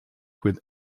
with